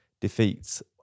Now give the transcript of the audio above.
defeats